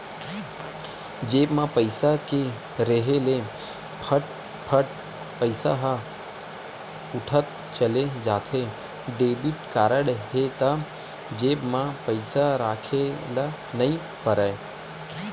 जेब म पइसा के रेहे ले फट फट पइसा ह उठत चले जाथे, डेबिट कारड हे त जेब म पइसा राखे ल नइ परय